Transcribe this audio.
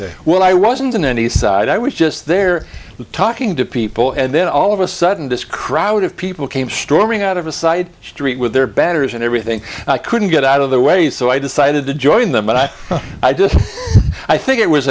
well i wasn't on any side i was just there talking to people and then all of a sudden this crowd of people came storming out of a side street with their banners and everything and i couldn't get out of the way so i decided to join them but i i just i think it was